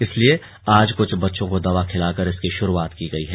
इसलिए आज क्छ बच्चों को दवा खिलाकर इसकी शुरुआत की गई है